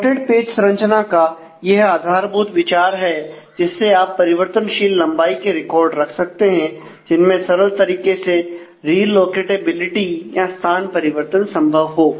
slotted page संरचना का यह आधारभूत विचार है जिससे आप परिवर्तनशील लंबाई के रिकॉर्ड रख सकते हैं जिनमें सरल तरीके से रीलोकेटेबिलिटी या स्थान परिवर्तन संभव हो